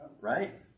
Right